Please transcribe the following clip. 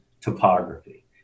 topography